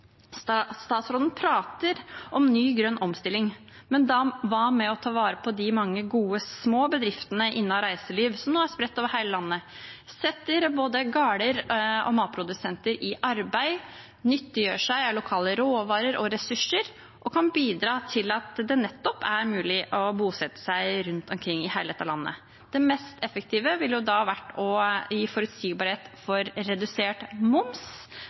Statsråden prater om ny, grønn omstilling, men hva med på å ta vare på de mange gode, små bedriftene innenfor reiseliv som nå er spredt over hele landet, sette både gårder og matprodusenter i arbeid, nyttiggjøre seg lokale råvarer og ressurser og bidra til at det nettopp er mulig å bosette seg rundt omkring i hele landet. Det mest effektive ville vært å gi forutsigbarhet med redusert moms